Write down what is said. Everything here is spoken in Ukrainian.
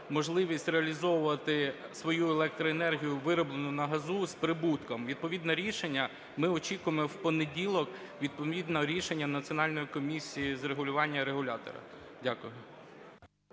можливість реалізовувати свою електроенергію, вироблену на газу, з прибутком. Відповідне рішення ми очікуємо в понеділок, відповідне рішення Національної комісії з регулювання, регулятора. Дякую.